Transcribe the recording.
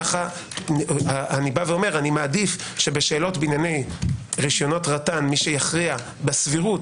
כך אני מעדיף שבשאלות בענייני רשיונות רט"ן מי שיכריע בסבירות